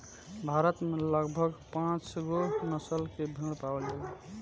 भारत में लगभग पाँचगो नसल के भेड़ पावल जाला